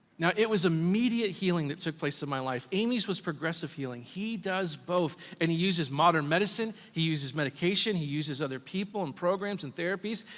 now, it was immediate healing that took place in my life. amy's was progressive healing. he does both and he uses modern medicine, he uses medication, he uses other people and programs and therapies,